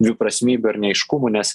dviprasmybių ar neaiškumų nes